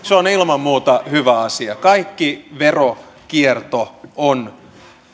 se on ilman muuta hyvä asia kaikki veronkierto on